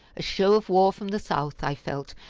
a show of war from the south, i felt,